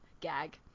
gag